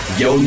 yo